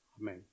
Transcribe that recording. Amen